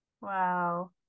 Wow